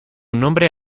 nombre